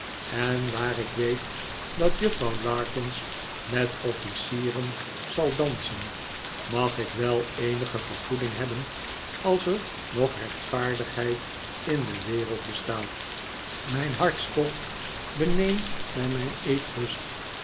en waar ik weet dat juffrouw larkins met officieren zal dansen mag ik wel eenige vergoeding hebben als er nog rechtvaardigheid in de wereld bestaat mijn hartstocht beneemt mij mijn eetlust